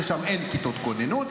ששם אין כיתות כוננות.